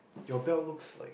your belt looks like